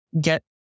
get